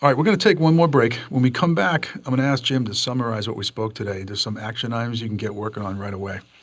we're gonna take one more break. when we come back, i'm gonna ask jim to summarize what we spoke today. there's some action items you can get working on right away.